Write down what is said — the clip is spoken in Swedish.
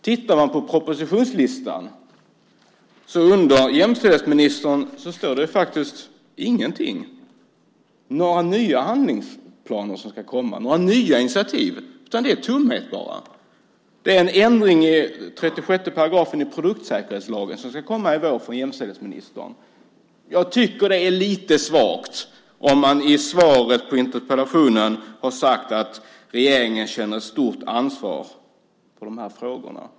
Tittar jag på propositionslistan står det faktiskt ingenting under jämställdhetsministern. Där finns inga nya handlingsplaner eller initiativ, utan det är tomt. Det som ska komma från jämställdhetsministern i vår är en ändring i 36 § i produktsäkerhetslagen. Det är lite svagt när man i svaret på interpellationen har sagt att regeringen känner ett stort ansvar för dessa frågor.